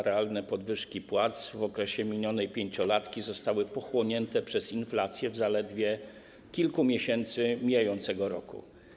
Realne podwyżki płac w okresie ostatnich 5 lat zostały pochłonięte przez inflację w zaledwie kilka miesięcy mijającego roku.